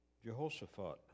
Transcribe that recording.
Jehoshaphat